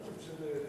ההצעה להעביר את